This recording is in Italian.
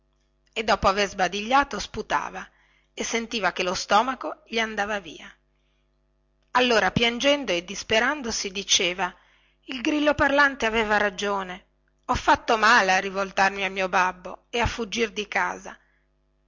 e dopo avere sbadigliato sputava e sentiva che lo stomaco gli andava via allora piangendo e disperandosi diceva il grillo parlante aveva ragione ho fatto male a rivoltarmi al mio babbo e a fuggire di casa